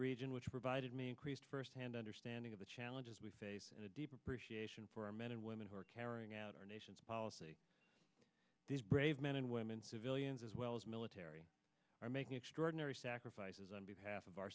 region which provided me increased firsthand understanding of the challenges we face and a deep appreciation for our men and women who are carrying out our nation's policy these brave men and women civilians as well as military are making extraordinary sacrifices on behalf of our